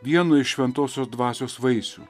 vienu iš šventosios dvasios vaisių